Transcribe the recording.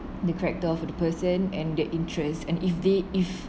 the character of the person and their interest and if they if